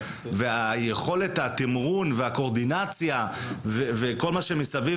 והיכולת תימרון והקורדינציה וכל מה שמסביב